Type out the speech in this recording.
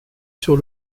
sur